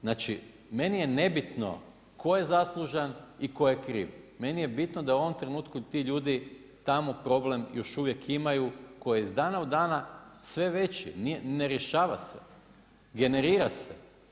Znači meni je nebitno tko je zaslužan i tko je kriv, meni je bitno da u ovom trenutku ti ljudi tamo problem još uvijek imaju koji je iz dana u dan sve veći, ne rješava se, generira se.